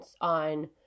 on